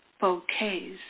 bouquets